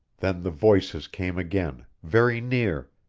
then the voices came again, very near,